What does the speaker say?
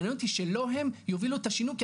מעניין אותי שלא הם יובילו את השינוי,